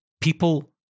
people